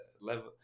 level